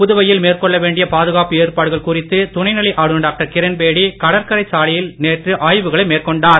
புதுவையில் மேற்கொள்ள வேண்டிய பாதுகாப்பு ஏற்பாடுகள் குறித்து துணை நிலை ஆளுநர் டாக்டர் கிரண்பேடி கடற்கரைச் சாலையில் நேற்று ஆய்வுகளை மேற்கொண்டார்